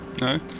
No